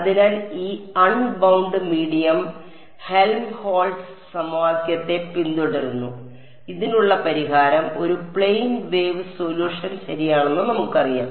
അതിനാൽ ഈ unbound medium Helmholtz സമവാക്യത്തെ പിന്തുടരുന്നു ഇതിനുള്ള പരിഹാരം ഒരു പ്ലെയിൻ വേവ് സൊല്യൂഷൻ ശരിയാണെന്ന് നമുക്കറിയാം